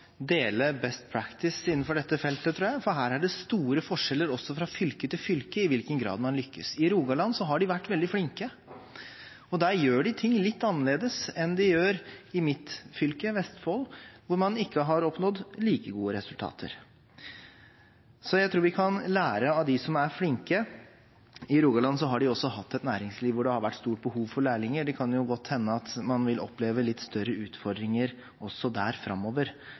dele «best practice» innenfor dette feltet, tror jeg. Her er det store forskjeller også fra fylke til fylke i hvilken grad man lykkes. I Rogaland har de vært veldig flinke. Der gjøres ting litt annerledes enn i mitt fylke, Vestfold, hvor man ikke har oppnådd like gode resultater. Jeg tror vi kan lære av dem som er flinke. I Rogaland har næringslivet hatt et stort behov for lærlinger. Det kan jo godt hende at man også der vil oppleve litt større utfordringer